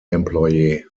employee